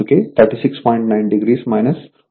9 o 2o